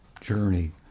journey